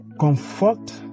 comfort